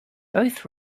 both